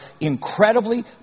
incredibly